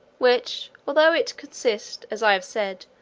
which, although it consist, as i have said,